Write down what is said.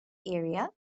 area